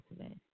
today